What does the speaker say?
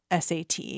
SAT